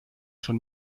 schon